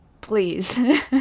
please